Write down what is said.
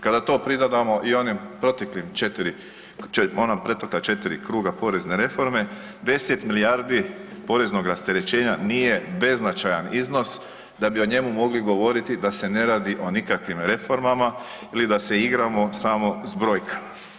Kada to pridodamo i onim protekla 4 kruga porezne reforme, 10 milijardi poreznog rasterećenja nije beznačajan iznos da bi o njemu mogli govoriti da se ne radi o nikakvim reformama ili da se igramo samo s brojkama.